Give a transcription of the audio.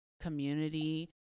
community